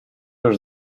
już